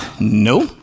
no